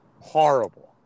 horrible